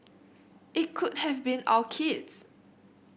it could have been our kids